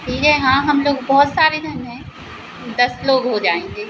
ठीक है हाँ हम लोग बहुत सारे जन हैं दस लोग हो जाएँगे